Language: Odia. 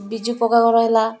ବିଜୁ ପକ୍କା ଘର ହେଲା